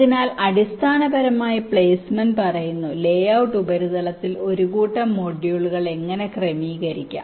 അതിനാൽ അടിസ്ഥാനപരമായി പ്ലേസ്മെന്റ് പറയുന്നു ലേഔട്ട് ഉപരിതലത്തിൽ ഒരു കൂട്ടം മൊഡ്യൂളുകൾ എങ്ങനെ ക്രമീകരിക്കാം